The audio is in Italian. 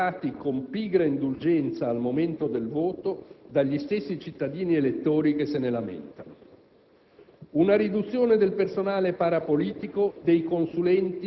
Sprechi e malversazioni - aggiungo - spesso osservati con pigra indulgenza - al momento del voto - dagli stessi cittadini elettori che se ne lamentano.